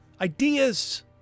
ideas